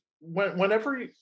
whenever